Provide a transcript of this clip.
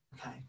okay